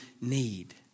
need